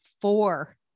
four